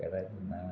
घडर ना